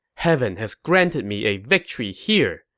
heaven has granted me a victory here,